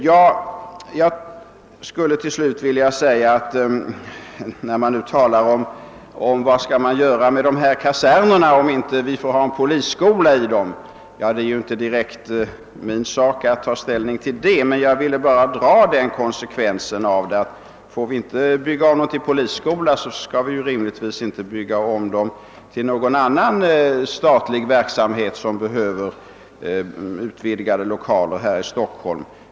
Det är inte direkt min sak att ta ställning till frågan om vad man skall göra med kasernerna om vi inte får ha en polisskola i dem, men jag ville dra den konsekvensen att får vi inte bygga om dem till polisskola skall vi rimligtvis inte heller bygga om dem till lokaler för någon annan statlig verksamhet i Stockholm.